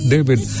David